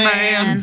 Man